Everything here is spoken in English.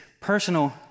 personal